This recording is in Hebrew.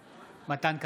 בעד מתן כהנא,